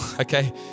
okay